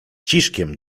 ciszkiem